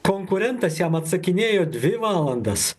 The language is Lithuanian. konkurentas jam atsakinėjo dvi valandas